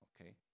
Okay